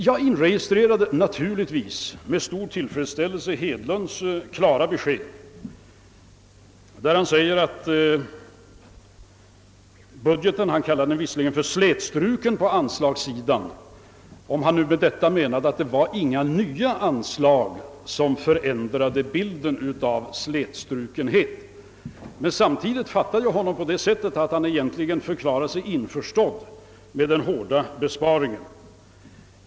Jag inregistrerade naturligtvis med stor tillfredsställelse herr Hedlunds klara besked att han var nöjd med budgeten. Han kallar den visserligen slätstruken på anslagssidan och menar kanske därmed att det inte fanns några nya anslag som förändrade bilden av slätstrukenhet, men samtidigt fattar jag honom så att han egentligen förklarar sig införstådd med den hårda besparingen.